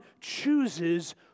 chooses